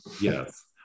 Yes